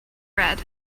red